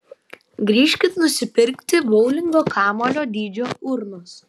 grįžkit nusipirkti boulingo kamuolio dydžio urnos